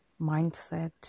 mindset